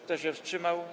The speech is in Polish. Kto się wstrzymał?